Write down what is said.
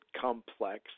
complex